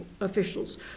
officials